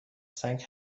سنگ